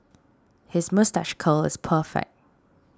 his moustache curl is perfect